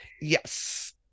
Yes